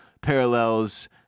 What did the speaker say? parallels